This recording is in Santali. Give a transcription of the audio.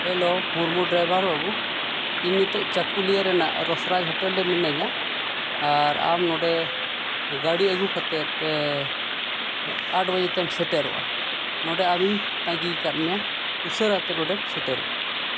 ᱦᱮᱞᱳ ᱢᱩᱨᱢᱩ ᱰᱟᱭᱵᱷᱟᱨ ᱵᱟᱹᱵᱩ ᱤᱧ ᱱᱤᱛᱚᱜ ᱪᱟᱹᱠᱩᱞᱤᱭᱟᱹ ᱨᱮᱱᱟᱜ ᱨᱳᱥᱞᱟᱭ ᱦᱳᱴᱮᱞ ᱨᱮ ᱢᱤᱱᱟᱹᱧᱟ ᱟᱨ ᱟᱢ ᱱᱚᱰᱮ ᱜᱟᱹᱰᱤ ᱟᱹᱜᱩ ᱠᱟᱛᱮᱫ ᱟᱴ ᱵᱟᱡᱮ ᱛᱮᱢ ᱥᱮᱴᱮᱨᱚᱜᱼᱟ ᱱᱚᱰᱮ ᱟᱹᱢᱤᱧ ᱛᱟᱺᱜᱤ ᱠᱟᱜ ᱢᱮᱭᱟ ᱩᱥᱟᱹᱨᱟ ᱛᱮ ᱱᱚᱰᱮᱢ ᱥᱮᱴᱮᱨᱚᱜᱼᱟ